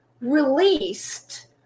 released